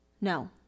No